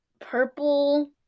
Purple